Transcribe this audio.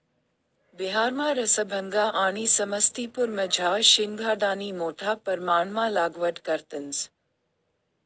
बिहारमा रसभंगा आणि समस्तीपुरमझार शिंघाडानी मोठा परमाणमा लागवड करतंस